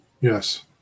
Yes